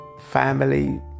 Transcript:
family